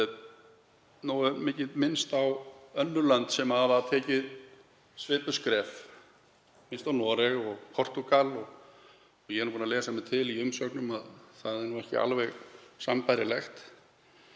Nú er mikið minnst á önnur lönd sem hafi stigið svipuð skref, minnst á Noreg og Portúgal, og ég er búinn að lesa mér til í umsögnum að það er ekki alveg sambærilegt.